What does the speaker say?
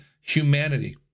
humanity